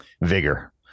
vigor